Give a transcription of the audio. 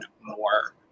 more